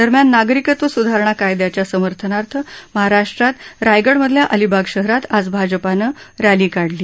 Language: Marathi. दरम्यान नागरिकत्व स्धारणा कायद्याच्या समर्थनार्थ महाराष्ट्रात रायगडमधल्या अलिबाग शहरात आज भाजपानं आज रक्षी काढली